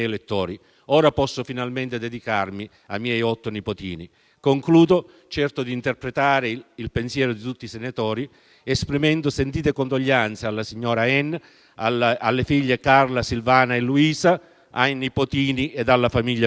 Ora posso finalmente dedicarmi ai miei otto nipotini». Concludo, certo di interpretare il pensiero di tutti i senatori, esprimendo sentite condoglianze alla signora Anne, alle figlie Carla, Silvana e Luisa, ai nipotini e alla famiglia tutta.